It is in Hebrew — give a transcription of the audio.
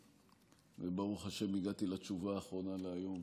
וברוך השם הגעתי לתשובה האחרונה להיום.